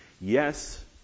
yes